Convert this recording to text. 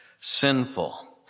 sinful